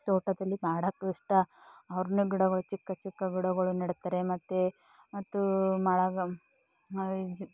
ತೋಟದಲ್ಲಿ ಮಾಡೋಕ್ಕೂ ಇಷ್ಟ ಅವ್ರನ್ನೆ ಬಿಡಬೇಕು ಚಿಕ್ಕ ಚಿಕ್ಕ ಗಿಡಗಳನ್ನ ನೆಡ್ತಾರೆ ಮತ್ತು ಮತ್ತು ನಳಗ